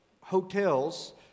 hotels